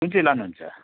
कुन चाहिँ लानुहुन्छ